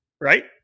Right